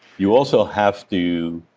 you also have to